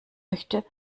möchte